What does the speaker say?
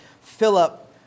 Philip